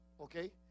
Okay